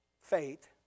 faith